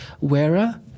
wearer